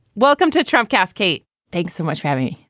welcome to trump cascade thanks so much for having me.